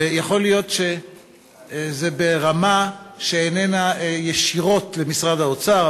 ויכול להיות שזה ברמה שאיננה קשורה ישירות למשרד האוצר,